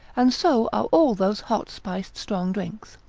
and so are all those hot spiced strong drinks.